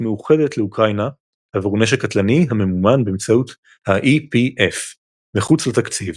מאוחדת לאוקראינה עבור נשק קטלני הממומן באמצעות ה-EPF מחוץ לתקציב.